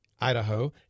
idaho